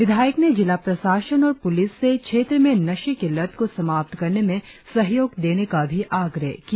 विधायक ने जिला प्रशासन और पुलिस से क्षेत्र में नशे की लत को समाप्त करने में सहयोग देने का भी आग्रह किया